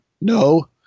No